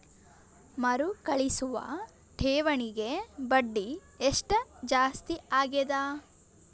ಮರುಕಳಿಸುವ ಠೇವಣಿಗೆ ಬಡ್ಡಿ ಎಷ್ಟ ಜಾಸ್ತಿ ಆಗೆದ?